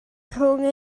rhwng